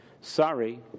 Sorry